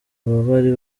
bari